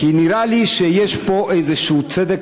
כי נראה לי שיש פה איזשהו צדק,